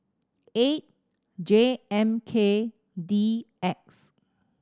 eight J M K D X